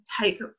take